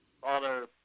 Father